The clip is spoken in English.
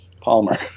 Palmer